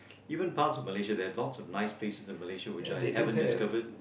even parts of Malaysia there are lots of nice places in Malaysia which I haven't discover